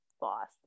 boss